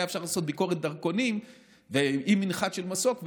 אפשר לעשות ביקורת דרכונים עם מנחת של מסוק,